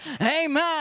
Amen